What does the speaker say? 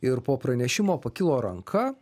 ir po pranešimo pakilo ranka